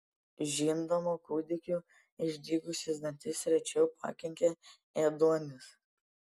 žindomų kūdikių išdygusius dantis rečiau pakenkia ėduonis